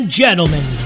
gentlemen